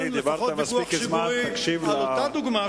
אדוני השר, על זה לא היה ויכוח.